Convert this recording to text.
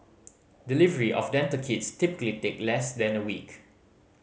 delivery of dental kits typically take less than a week